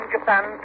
Japan